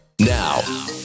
Now